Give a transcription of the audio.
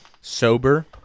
sober